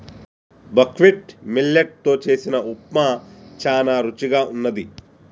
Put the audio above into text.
buckwheat millet తో చేసిన ఉప్మా చానా రుచిగా వున్నది